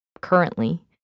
currently